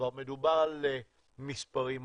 כבר מדובר על מספרים אדירים.